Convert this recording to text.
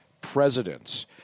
presidents